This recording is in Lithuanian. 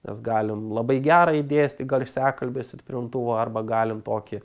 nes galim labai gerą įdėsti garsiakalbių stiprintuvą arba galim tokį